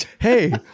Hey